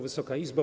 Wysoka Izbo!